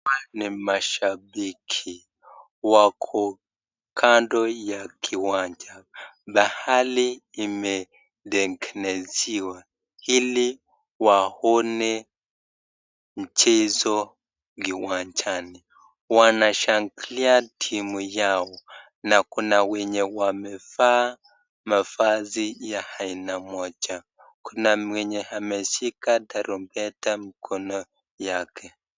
Ni mashabiki wako kando ya kiwanja pahali imetengeneziwa hili waone mchezo kiwanjani, wanashangilia timu yao na kuna wenye wamefaa mafasi ya aina moja, kuna ameshika tarumbeta Kwa mkono yake